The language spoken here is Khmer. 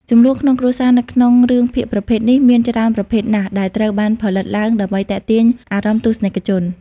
ជម្លោះក្នុងគ្រួសារនៅក្នុងរឿងភាគប្រភេទនេះមានច្រើនប្រភេទណាស់ដែលត្រូវបានផលិតឡើងដើម្បីទាក់ទាញអារម្មណ៍ទស្សនិកជន។